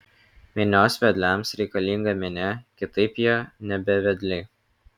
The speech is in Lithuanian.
minios vedliams reikalinga minia kitaip jie nebe vedliai